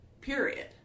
period